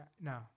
no